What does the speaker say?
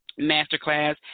Masterclass